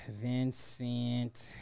Vincent